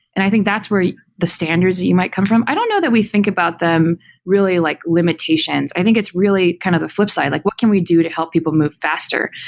and i think that's where the standards you might come from. i don't know that we think about them really like limitations. i think it's really kind of a flip side, like what can we do to help people move faster?